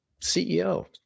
CEO